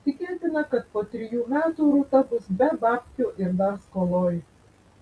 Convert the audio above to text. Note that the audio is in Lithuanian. tikėtina kad po trijų metų rūta bus be babkių ir dar skoloj